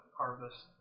harvest